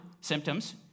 symptoms